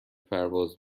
پرواز